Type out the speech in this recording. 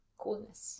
coolness